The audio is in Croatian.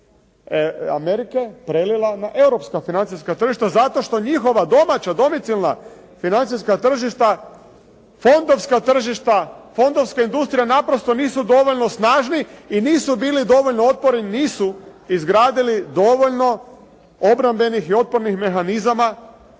Amerike prelila na europska financijska tržišta zato što njihova domaća domicilna financijska tržišta, fondovska tržišta, fondovska industrija naprosto nisu dovoljno snažni i nisu bili dovoljno otporni, nisu izgradili dovoljno obrambenih i otpornih mehanizama